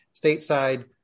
stateside